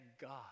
God